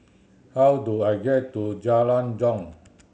how do I get to Jalan Jong